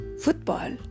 Football